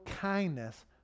kindness